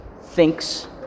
thinks